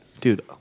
Dude